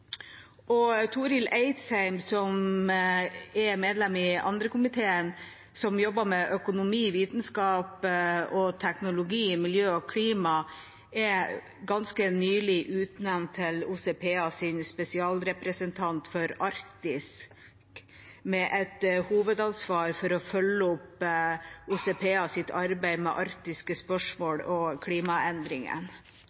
som er medlem i andre komité, som jobber med økonomi, vitenskap og teknologi, miljø og klima, er ganske nylig utnevnt til OSSE PAs spesialrepresentant for Arktis, med et hovedansvar for å følge opp OSSE PAs arbeid med arktiske spørsmål